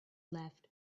left